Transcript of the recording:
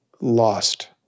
lost